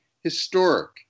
historic